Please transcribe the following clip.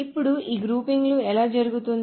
ఇప్పుడు ఈ గ్రూపింగ్ ఎలా జరుగుతుంది